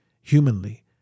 humanly